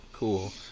Cool